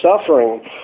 suffering